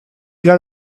got